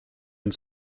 and